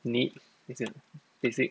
need is it is it